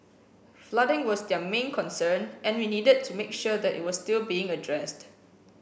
flooding was their main concern and we needed to make sure that it was still being addressed